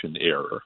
error